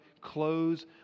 clothes